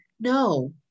no